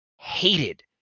hated